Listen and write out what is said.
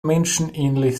menschenähnlich